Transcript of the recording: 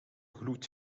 gloed